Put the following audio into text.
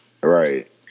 Right